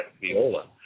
viola